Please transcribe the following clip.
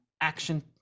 action